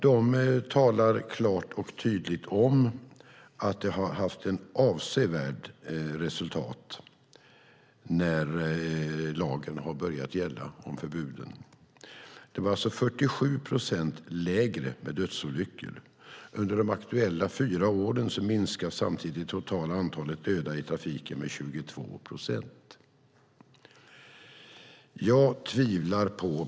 De talar klart och tydligt om att det har haft ett avsevärt resultat när lagen har börjat gälla om förbuden. Det var alltså 47 procent färre dödsolyckor. Under de aktuella fyra åren minskade samtidigt det totala antalet döda i trafiken med 22 procent.